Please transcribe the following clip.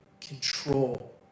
control